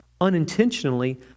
unintentionally